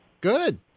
Good